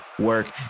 work